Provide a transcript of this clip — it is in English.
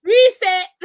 Reset